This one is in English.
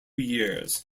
years